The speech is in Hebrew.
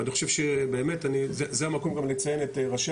ואני חושב שזה המקום לציין את ראשי